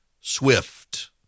SWIFT